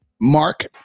mark